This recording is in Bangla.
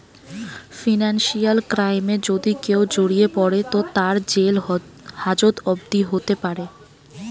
ফিনান্সিয়াল ক্রাইমে যদি কেও জড়িয়ে পড়ে তো তার জেল হাজত অবদি হোতে পারে